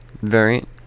variant